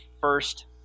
first